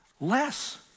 less